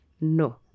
no